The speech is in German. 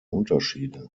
unterschiede